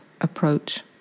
approach